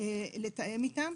לתאם איתם.